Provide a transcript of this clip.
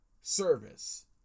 service